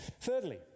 Thirdly